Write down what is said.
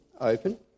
open